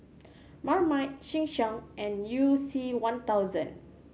Marmite Sheng Siong and You C One thousand